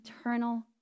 eternal